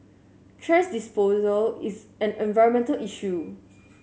thrash disposal is an environmental issue